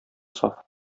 саф